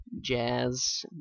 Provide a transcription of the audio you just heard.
jazz